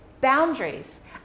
Boundaries